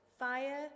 fire